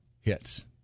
hits